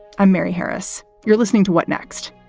i'm mary harris. you're listening to what next?